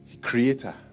creator